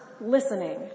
listening